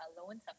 alone